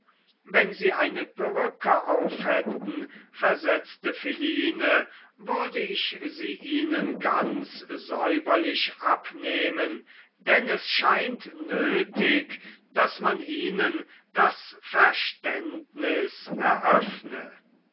wenn sie eine perücke aufhätten versetzte philine würde ich sie ihnen ganz säuberlich abnehmen denn es scheint nötig daß man ihnen das verständnis eröffne